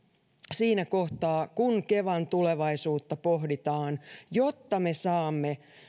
siinä kohtaa kun kevan tulevaisuutta pohditaan jotta me saamme